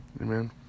Amen